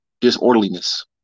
disorderliness